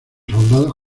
soldados